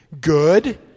good